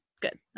Good